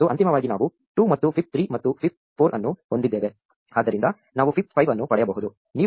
ಮತ್ತು ಅಂತಿಮವಾಗಿ ನಾವು 2 ಮತ್ತು ಫೈಬ್ 3 ಮತ್ತು ಫೈಬ್ 4 ಅನ್ನು ಹೊಂದಿದ್ದೇವೆ ಆದ್ದರಿಂದ ನಾವು ಫೈಬ್ 5 ಅನ್ನು ಪಡೆಯಬಹುದು